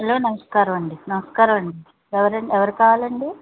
hello నమస్కారమండి నమస్కారమండి ఎవరు ఎవరు కావాలండి